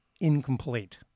incomplete